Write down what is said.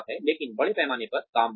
लेकिन बड़े पैमाने पर कामबंदी